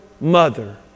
mother